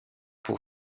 pour